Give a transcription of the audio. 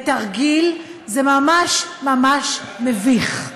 בתרגיל, זה ממש ממש מביך.